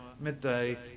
midday